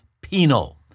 penal